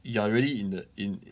you are really in the in